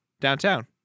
downtown